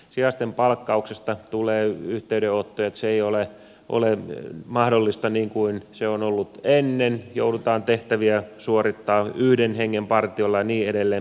sijaisten palkkauksesta tulee yhteydenottoja että se ei ole mahdollista niin kuin se on ollut ennen joudutaan tehtäviä suorittamaan yhden hengen partiolla ja niin edelleen